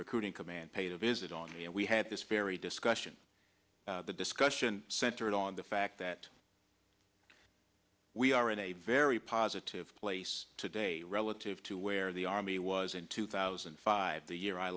recruiting command paid a visit on me and we had this very discussion the discussion centered on the fact that we are in a very positive place today relative to where the army was in two thousand and five the year i